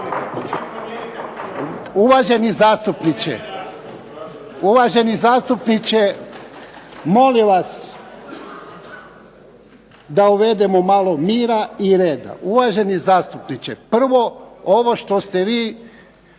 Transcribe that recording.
se ne razumije./… Uvaženi zastupniče, molim vas da uvedemo malo mira i reda. Uvaženi zastupniče, prvo ovo što ste vi